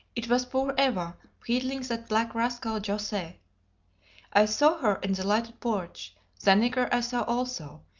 it was poor eva wheedling that black rascal jose. i saw her in the lighted porch the nigger i saw also,